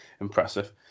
impressive